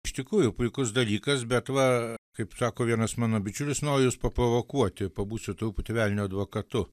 iš tikrųjų puikus dalykas bet va kaip sako vienas mano bičiulis nojus paprovokuoti pabūsiu truputį velnio advokatu